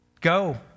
Go